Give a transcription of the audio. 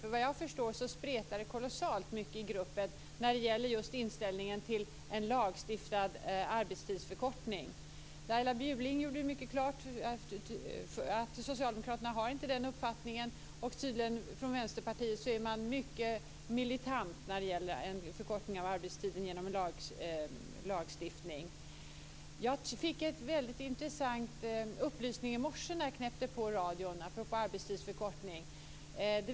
Såvitt jag förstår spretar det kolossalt mycket i gruppen i fråga inställningen till en lagstadgad arbetstidsförkortning. Laila Bjurling gjorde mycket klart här att socialdemokraterna inte har den uppfattningen, och från Vänsterpartiet är man mycket militant när det gäller en lagstadgad förkortning av arbetstiden. Jag fick en väldigt intressant upplysning i morse när jag knäppte på radion apropå arbetstidsförkortning.